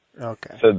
Okay